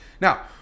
Now